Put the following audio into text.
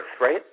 right